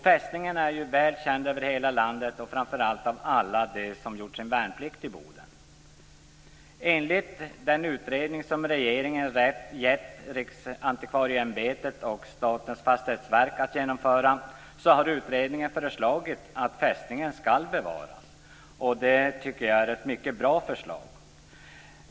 Fästningen är väl känd över hela landet och framför allt av alla dem som har gjort sin värnplikt i Boden. Enligt den utredning som regeringen gett Riksantikvarieämbetet och Statens fastighetsverk att genomföra föreslås att fästningen skall bevaras. Det tycker jag är ett mycket bra förslag.